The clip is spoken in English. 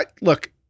look